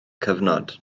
cyfnod